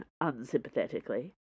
unsympathetically